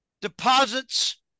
deposits